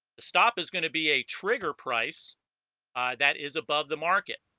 stop is going to be a trigger price that is above the market